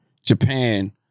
Japan